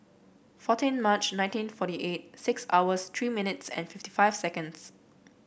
fourteen March nineteen forty eight six hours three minutes and fifty five seconds